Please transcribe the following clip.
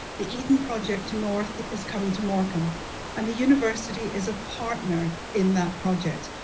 the eden project north is coming to morecambe and the university is a partner in that project.